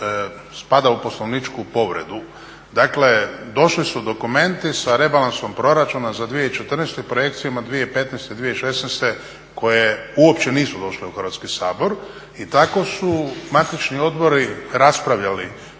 spada u poslovničku povredu. Dakle, došli su dokumenti sa rebalansom proračuna za 2014. i projekcijama 2015., 2016. koje uopće nisu došle u Hrvatski sabor i tako su matični odbori raspravljali